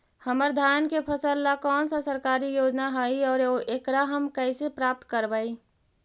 हमर धान के फ़सल ला कौन सा सरकारी योजना हई और एकरा हम कैसे प्राप्त करबई?